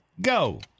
go